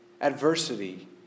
adversity